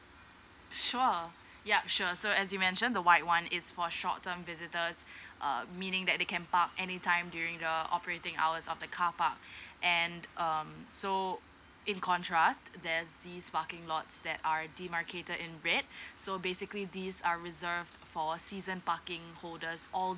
sure yup sure so as you mention the white one is for short term visitors uh meaning that they can park anytime during the operating hours of the car park and um so in contrast there's this parking lots that are demarcated in red so basically these are reserved for season parking holders or